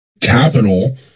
capital